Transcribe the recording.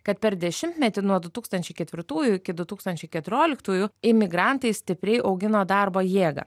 kad per dešimtmetį nuo du tūkstančiai ketvirtųjų iki du tūkstančiai keturioliktųjų imigrantai stipriai augino darbo jėgą